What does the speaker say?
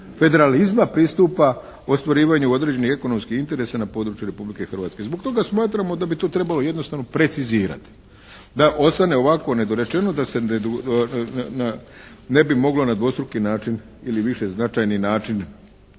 federalizma pristupa ostvarivanju određenih ekonomskih interesa na području Republike Hrvatske. Zbog toga smatramo da bi to trebalo jednostavno precizirati, da ostane ovako nedorečeno da se ne bi moglo na dvostruki način ili višeznačajni način